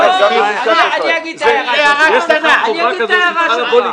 יש לך חובה כזאת,